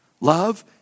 Love